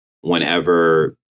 whenever